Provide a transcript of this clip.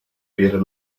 per